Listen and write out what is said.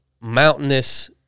mountainous